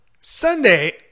Sunday